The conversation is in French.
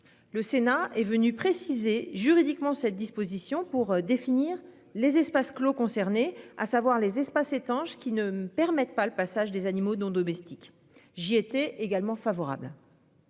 Le Sénat est venu préciser juridiquement cette disposition pour définir les espaces clos concernés à savoir les espaces étanches, qui ne permettent pas le passage des animaux non domestiques. J'ai été également favorable.--